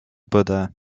buddha